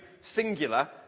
singular